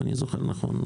אם אני זוכר נכון.